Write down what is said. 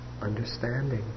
understanding